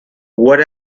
what